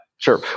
Sure